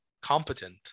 competent